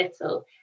little